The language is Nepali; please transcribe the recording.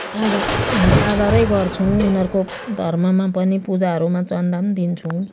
आद आदरै गर्छौँ उनीहरूको धर्ममा पनि पूजाहरूमा चन्दा पनि दिन्छौँ